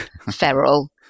feral